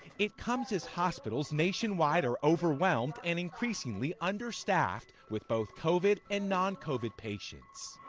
it comes as hospitals nationwide are overwhelmed and increasingly understaffed with both covid and noncovid patients